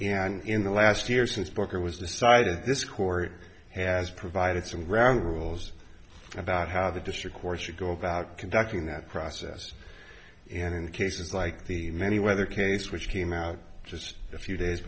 and in the last year since booker was decided this court has provided some ground rules about how the district court should go about conducting that process and in cases like the many weather case which came out just a few days